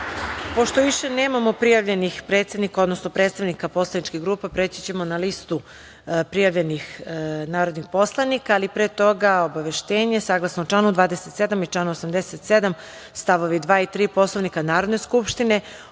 više nemamo prijavljenih predsednika odnosno predstavnika poslaničkih grupa, preći ćemo na listu prijavljenih narodnih poslanika. Pre toga, jedno obaveštenje. Saglasno članu 27. i članu 87. st. 2. i 3. Poslovnika Narodne skupštine,